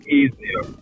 easier